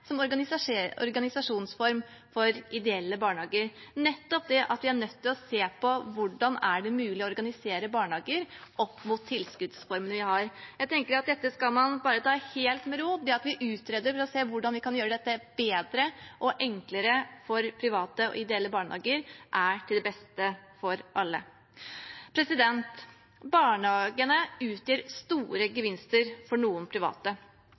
som organisasjonsform for ideelle barnehager – at vi er nødt til å se på hvordan det er mulig å organisere barnehager opp mot tilskuddsformene vi har. Jeg tenker at dette skal man ta helt med ro – at vi utreder for å se hvordan vi kan gjøre dette bedre og enklere for private og ideelle barnehager, er til beste for alle. Barnehagene utgjør store gevinster for noen private.